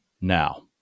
now